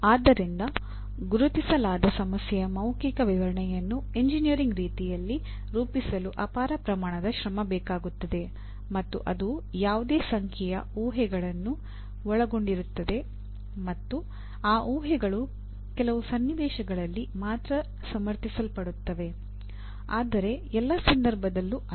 ಆದ್ದರಿಂದ ಗುರುತಿಸಲಾದ ಸಮಸ್ಯೆಯ ಮೌಖಿಕ ವಿವರಣೆಯನ್ನು ಎಂಜಿನಿಯರಿಂಗ್ ರೀತಿಯಲ್ಲಿ ರೂಪಿಸಲು ಅಪಾರ ಪ್ರಮಾಣದ ಶ್ರಮ ಬೇಕಾಗುತ್ತದೆ ಮತ್ತು ಅದು ಯಾವುದೇ ಸಂಖ್ಯೆಯ ಊಹೆಗಳನ್ನು ಒಳಗೊಂಡಿರುತ್ತದೆ ಮತ್ತು ಆ ಊಹೆಗಳು ಕೆಲವು ಸನ್ನಿವೇಶಗಳಲ್ಲಿ ಮಾತ್ರ ಸಮರ್ಥಿಸಲ್ಪಡುತ್ತವೆ ಆದರೆ ಎಲ್ಲಾ ಸಂದರ್ಭದಲ್ಲೂ ಅಲ್ಲ